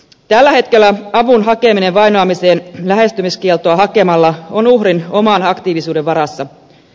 tällä hetkellä avun hakeminen vainoamiseen lähestymiskieltoa hakemalla on uhrin oman aktiivisuuden varassa